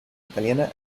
italiana